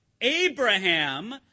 Abraham